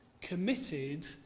committed